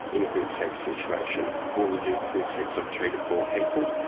in a group sex situation. we will do group sex of three to four people,